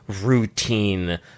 routine